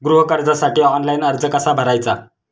गृह कर्जासाठी ऑनलाइन अर्ज कसा भरायचा?